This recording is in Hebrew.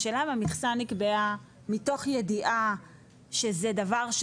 השאלה אם המכסה נקבעה מתוך ידיעה שזה דבר,